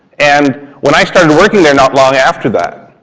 and when i started working there not long after that,